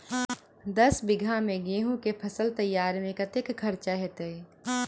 दस बीघा मे गेंहूँ केँ फसल तैयार मे कतेक खर्चा हेतइ?